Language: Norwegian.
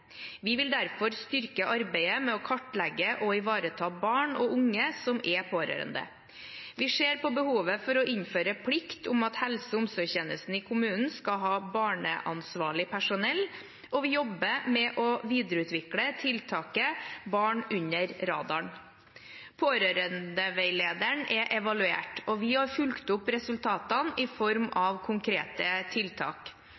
Vi vil derfor styrke arbeidet med å kartlegge og ivareta barn og unge som er pårørende. Vi ser på behovet for å innføre plikt om at helse- og omsorgstjenesten i kommunen skal ha barneansvarlig personell, og vi jobber med å videreutvikle tiltaket «Barn under radaren». Pårørendeveilederen er evaluert, og vi har fulgt opp resultatene i form